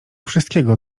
wszystkiego